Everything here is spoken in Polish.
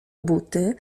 buty